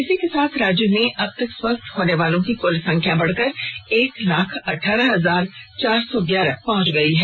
इसी के साथ राज्य में अब तक स्वस्थ होनेवालों की कुल संख्या बढ़कर एक लाख अठारह हजार चार सौ ग्यारह पहुंच गई है